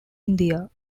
india